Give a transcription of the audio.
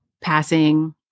passing